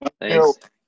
Thanks